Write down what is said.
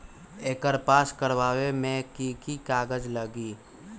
एकर पास करवावे मे की की कागज लगी?